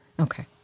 Okay